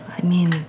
i mean,